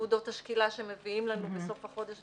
תעודות השקילה שמביאים לנו בסוף החודש,